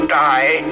die